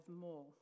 more